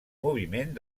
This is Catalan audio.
moviment